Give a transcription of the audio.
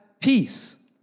peace